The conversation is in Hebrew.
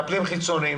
להתפתחות